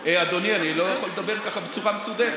אדוני, אני לא יכול לדבר ככה בצורה מסודרת.